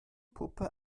puppe